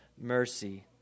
mercy